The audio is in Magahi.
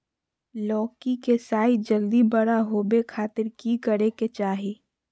लौकी के साइज जल्दी बड़ा होबे खातिर की करे के चाही?